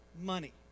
money